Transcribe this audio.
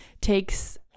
takes